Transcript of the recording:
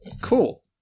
Cool